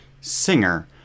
singer